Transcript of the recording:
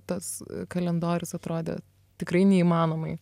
tas kalendorius atrodė tikrai neįmanomai